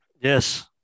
Yes